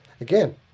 Again